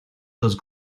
those